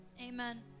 Amen